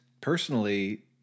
Personally